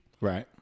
Right